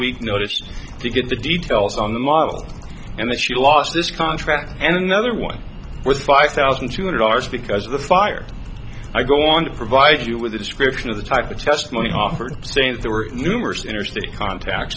week notice to get the details on the model and she lost this contract and another one was five thousand two hundred dollars because of the fire i go on to provide you with a description of the type of testimony offered saying that there were numerous interstate contacts